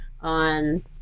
on